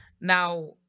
Now